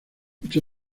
mucho